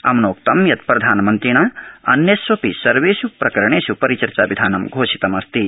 अमुनोक्त यत् प्रधानमन्त्रिणा अन्येष्वपि सर्वेष् प्रकरणेष् परिचर्चा विधानं घोषितमस्ति